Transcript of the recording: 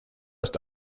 ist